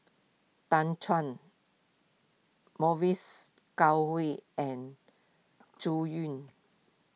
Tan Chuan Mavis Goh Oei and Zhu Xu